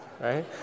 right